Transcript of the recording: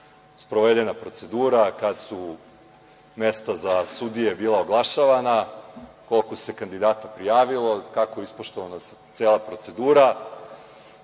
sprovedena procedura, kada su mesta za sudije bila oglašavana, koliko se kandidata prijavilo, kako je ispoštovana cela procedura